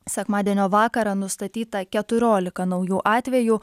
sekmadienio vakarą nustatyta keturiolika naujų atvejų